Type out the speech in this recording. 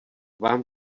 vám